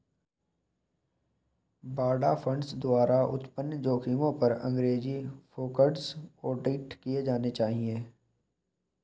बाड़ा फंड्स द्वारा उत्पन्न जोखिमों पर अंग्रेजी फोकस्ड ऑडिट किए जाने चाहिए